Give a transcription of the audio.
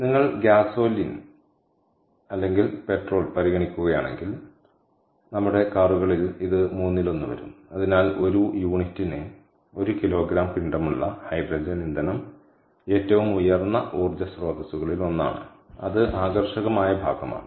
നിങ്ങൾ ഗ്യാസോലിൻ അല്ലെങ്കിൽ പെട്രോൾ പരിഗണിക്കുകയാണെങ്കിൽ നമ്മുടെ കാറുകളിൽ ഇത് മൂന്നിലൊന്ന് വരും അതിനാൽ ഒരു യൂണിറ്റിന് ഒരു കിലോഗ്രാം പിണ്ഡമുള്ള ഹൈഡ്രജൻ ഇന്ധനം ഏറ്റവും ഉയർന്ന ഊർജ്ജ സ്രോതസ്സുകളിൽ ഒന്നാണ് അത് ആകർഷകമായ ഭാഗമാണ്